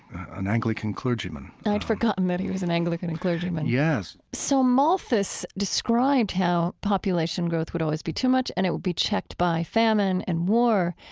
an anglican clergyman i'd forgotten that he was an anglican and clergyman yes so malthus described how population growth would always be too much and it would be checked by famine and war,